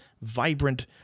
vibrant